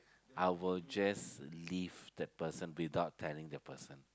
I will just leave the person without telling the person